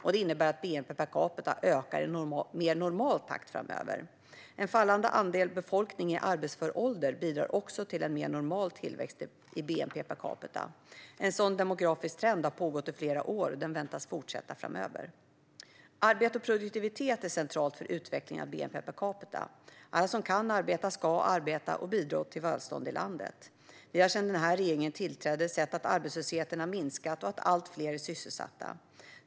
Det innebär att bnp per capita ökar i en mer normal takt framöver. En fallande andel befolkning i arbetsför ålder bidrar också till en mer normal tillväxt i bnp per capita. En sådan demografisk trend har pågått i flera år, och den väntas fortsätta framöver. Arbete och produktivitet är centralt för utvecklingen av bnp per capita. Alla som kan arbeta ska arbeta och bidra till välståndet i landet. Vi har sedan den här regeringen tillträdde sett att arbetslösheten har minskat och att allt fler är sysselsatta.